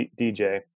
DJ